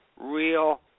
real